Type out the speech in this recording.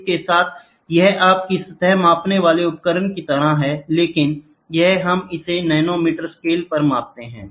इसके साथ यह आपकी सतह मापने वाले उपकरण की तरह है लेकिन यहां हम इसे नैनो मीटर स्केल पर मापते हैं